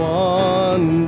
one